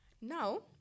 Now